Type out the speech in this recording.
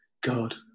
God